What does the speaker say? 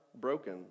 broken